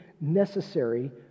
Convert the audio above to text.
necessary